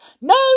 No